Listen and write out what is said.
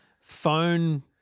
phone